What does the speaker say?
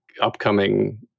upcoming